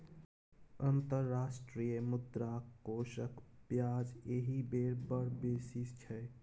अंतर्राष्ट्रीय मुद्रा कोषक ब्याज एहि बेर बड़ बेसी छै